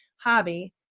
hobby